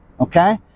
Okay